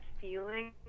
feeling